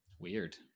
weird